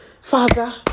Father